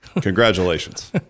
Congratulations